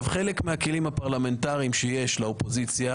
חלק מהכלים הפרלמנטריים שיש לאופוזיציה